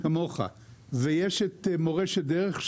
ויש את מורשת דרך,